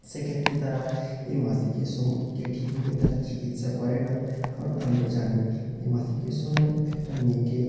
সেক্ষেত্রে তারা এই মাসিকের সমকে ঠিকভাবে তারা চিকিৎসা করে না কারণ আমরা জানি যে মাসিকের সময় একটা মেয়েকে